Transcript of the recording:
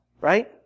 right